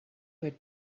had